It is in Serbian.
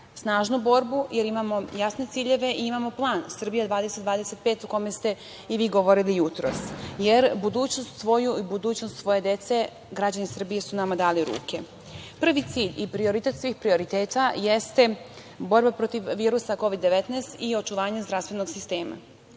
snažnu borbu, jer imamo jasne ciljeve i imamo plan - "SRBIJA 2025" o kome ste i vi govorili jutros, jer budućnost svoju i budućnost svoje dece građani Srbije su nama dali u ruke. Prvi cilj i prioritet svih prioriteta jeste borba protiv virusa Kovid 19 i očuvanje zdravstvenog sistema,